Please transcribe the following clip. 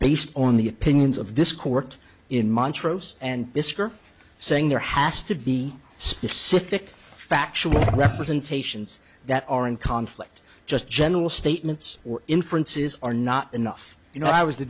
based on the opinions of this court in montrose and mr saying there has to be specific factual representations that are in conflict just general statements or inferences are not enough you know i was the